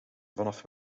vanaf